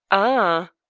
ah!